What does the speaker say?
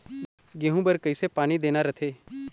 गेहूं बर कइसे पानी देना रथे?